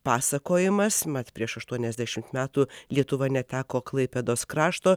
pasakojimas mat prieš aštuoniasdešimt metų lietuva neteko klaipėdos krašto